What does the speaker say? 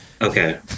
Okay